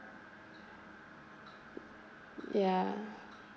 ya